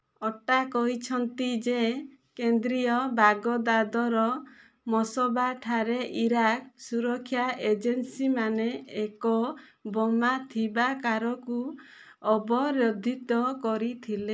ଅଟ୍ଟା କହିଛନ୍ତି ଯେ କେନ୍ଦ୍ରୀୟ ବାଗଦାଦର ମସବାଠାରେ ଇରାକ ସୁରକ୍ଷା ଏଜେନ୍ସିମାନେ ଏକ ବୋମା ଥିବା କାରକୁ ଅବରୋଧିତ କରିଥିଲେ